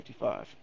1955